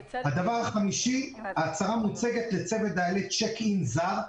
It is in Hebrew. דבר חמישי, ההצהרה מוצגת לצוות דיילי צ'ק-אין זר.